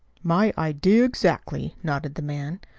my idea exactly, nodded the man.